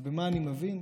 אבל במה אני מבין?